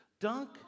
dunk